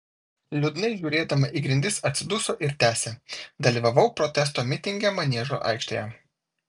liūdnai žiūrėdama į grindis atsiduso ir tęsė dalyvavau protesto mitinge maniežo aikštėje